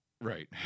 Right